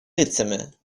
лицами